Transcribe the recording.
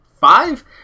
five